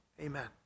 Amen